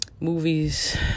movies